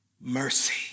mercy